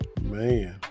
Man